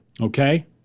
okay